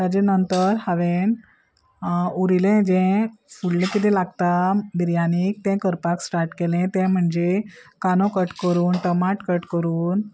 ताजे नंतर हांवें उरिल्लें जें फुडलें कितें लागता बिरयानीक तें करपाक स्टार्ट केलें तें म्हणजे कांदो कट करून टमाट कट करून